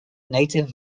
native